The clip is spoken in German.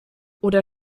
oder